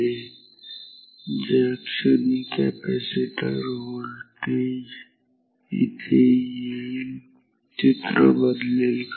आता ज्या क्षणी कॅपॅसिटर व्होल्टेज इथे येईल चित्र बदलेल का